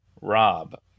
Rob